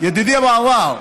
ידידי אבו עראר,